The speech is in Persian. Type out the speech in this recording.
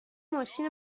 ماشین